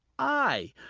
i,